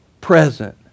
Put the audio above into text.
present